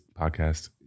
podcast